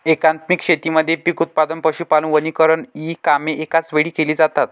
एकात्मिक शेतीमध्ये पीक उत्पादन, पशुपालन, वनीकरण इ कामे एकाच वेळी केली जातात